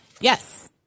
Yes